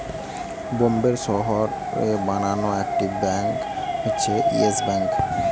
বোম্বের শহরে বানানো একটি ব্যাঙ্ক হচ্ছে ইয়েস ব্যাঙ্ক